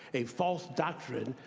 a false doctrine,